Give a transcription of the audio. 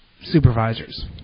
supervisors